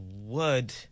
word